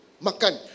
Makan